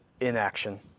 inaction